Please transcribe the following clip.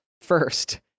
First